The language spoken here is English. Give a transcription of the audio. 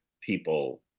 people